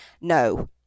No